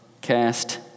cast